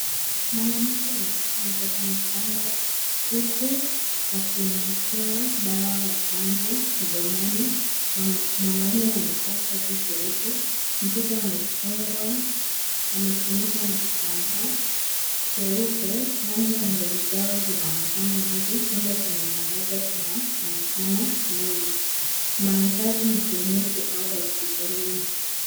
Mwanamke ameshika mtoto mchanga huku akimwekea dawa ya chanjo mdomoni, mwanaume amevaa koti jeupe. Mtoto amefungwa, amefunikwa na kitambaa cheupe, rangi ya ngozi zao zinaonekana wazi, chumba chenye mwangaza kinaonekana nyuma. Mandhari ni kliniki au hospitalini.